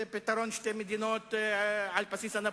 ופתרון שתי מדינות על בסיס אנאפוליס,